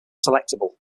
selectable